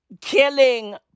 killing